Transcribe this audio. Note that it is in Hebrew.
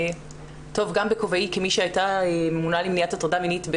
גם בכובעי כמי שהייתה ממונה על מניעת הטרדה מינית,